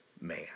man